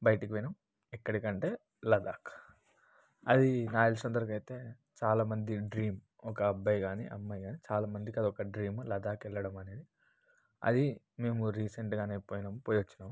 బయటికి పోయినాం ఎక్కడి కంటే లడఖ్ అది నాకు తెలిసినంత వరకు అయితే చాలామంది డ్రీమ్ ఒక అబ్బాయి కాని అమ్మాయి కాని చాలామందికి అదొక డ్రీమ్ లడఖ్కు వెళ్ళడం అనేది అది మేము రీసెంట్గానే పోయినాం పోయి వచ్చినాం